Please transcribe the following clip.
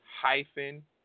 hyphen